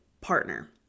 partner